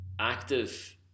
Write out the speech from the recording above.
Active